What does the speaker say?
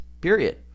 period